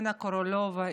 אירנה קורולובה,